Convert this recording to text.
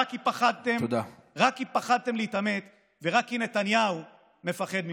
רק כי פחדתם להתעמת ורק כי נתניהו מפחד מכם.